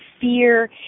fear